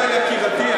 זהבה, יקירתי,